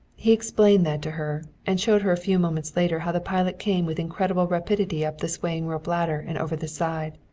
he explained that to her, and showed her a few moments later how the pilot came with incredible rapidity up the swaying rope ladder and over the side.